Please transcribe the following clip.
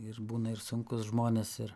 ir būna ir sunkūs žmonės ir